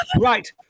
Right